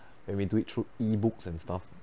and we do it through ebooks and stuff